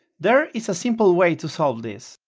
there is a simple way to solve this,